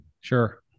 Sure